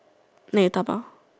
make and dabao